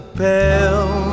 pale